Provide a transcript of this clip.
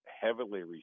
heavily